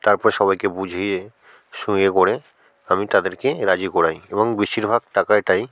তারপর সবাইকে বুঝিয়ে সই করে আমি তাদেরকে রাজি করাই এবং বেশিরভাগ টাকাটাই